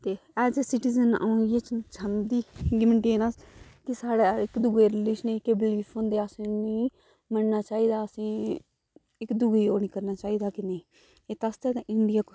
ते as a citizen अ'ऊं इ'यै चाहंदी कि में ना कि साढ़े इक्क दूऐ रलीजन गी बीलीफ होंदे कि मनना चाहिदा असें ई ते इक्क दूऐ गी ओह् निं करना चाहिदा ते इत्त आस्तै इंडिया